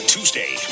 Tuesday